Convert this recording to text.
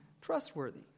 trustworthy